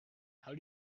how